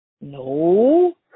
No